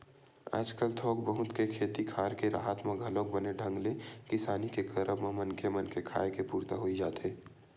आजकल थोक बहुत के खेती खार के राहत म घलोक बने ढंग ले किसानी के करब म मनखे मन के खाय के पुरता होई जाथे